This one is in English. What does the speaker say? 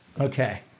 Okay